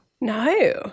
No